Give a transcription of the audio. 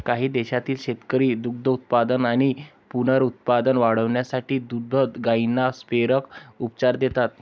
काही देशांतील शेतकरी दुग्धोत्पादन आणि पुनरुत्पादन वाढवण्यासाठी दुभत्या गायींना संप्रेरक उपचार देतात